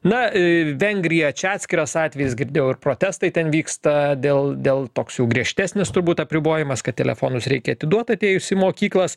na vengrija čia atskiras atvejis girdėjau ir protestai ten vyksta dėl dėl toks jų griežtesnis turbūt apribojimas kad telefonus reikia atiduot atėjus į mokyklas